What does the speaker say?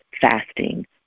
Fasting